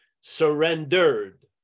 surrendered